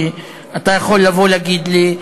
כי אתה יכול לבוא ולהגיד לי: